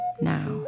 now